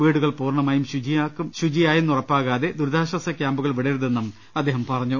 വീടുകൾ പൂർണ മായും ശുചിയായെന്നുറപ്പാകാതെ ദുരിതാശ്വാസ ക്യാംപുകൾ വിടരുതെന്നും അദ്ദേഹം പറ ഞ്ഞു